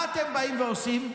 מה אתם באים ועושים?